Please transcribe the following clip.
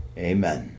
Amen